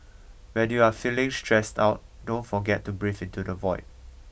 when you are feeling stressed out don't forget to breathe into the void